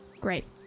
great